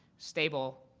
stable,